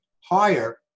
higher